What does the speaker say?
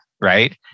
right